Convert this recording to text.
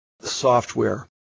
software